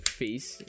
face